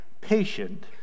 patient